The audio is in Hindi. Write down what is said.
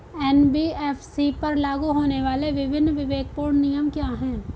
एन.बी.एफ.सी पर लागू होने वाले विभिन्न विवेकपूर्ण नियम क्या हैं?